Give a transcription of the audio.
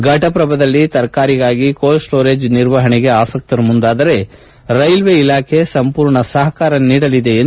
ಫಟಪ್ರಭಾದಲ್ಲಿ ತರಕಾರಿಗಾಗಿ cold storage ನಿರ್ವಹಣೆಗೆ ಆಸಕ್ತರು ಮುಂದಾದರೆ ರೈಲ್ವೆ ಇಲಾಖೆ ಸಂಪೂರ್ಣ ಸಹಕಾರ ನೀಡಲಿದೆ ಎಂದು ತಿಳಿಸಿದರು